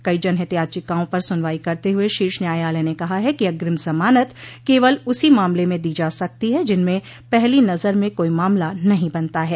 कई जनहित याचिकाओं पर सुनवाई करते हुए शीर्ष न्यायालय ने कहा है कि अग्रिम जमानत केवल उसी मामले में दी जा सकती है जिनमें पहली नजर में कोई मामला नहीं बनता है